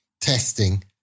Testing